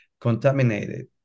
contaminated